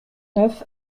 neuf